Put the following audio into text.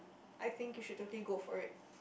I think you should totally go for it